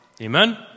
Amen